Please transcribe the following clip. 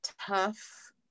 tough